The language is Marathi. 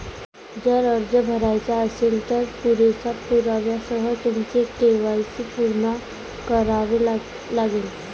जर अर्ज भरायचा असेल, तर पुरेशा पुराव्यासह तुमचे के.वाय.सी पूर्ण करावे लागेल